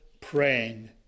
praying